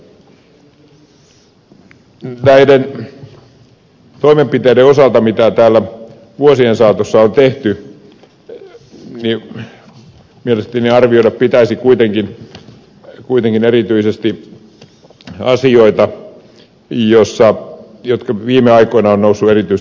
näiden toimenpiteiden osalta mitä täällä vuosien saatossa on tehty mielestäni arvioida pitäisi kuitenkin erityisesti asioita jotka viime aikoina ovat nousseet erityisesti esiin